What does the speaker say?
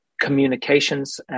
communications